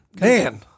Man